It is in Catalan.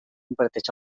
imparteix